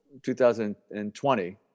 2020